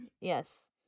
yes